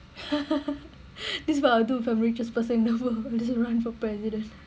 this is what I will do if I'm the richest person in the world just run for president